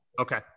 Okay